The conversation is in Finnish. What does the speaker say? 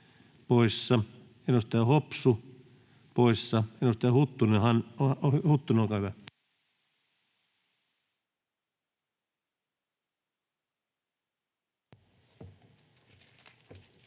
poissa, edustaja Hopsu poissa. — Edustaja Huttunen, olkaa hyvä.